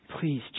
Please